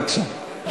בבקשה.